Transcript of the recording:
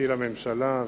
אלי אפללו,